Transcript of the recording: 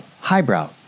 Highbrow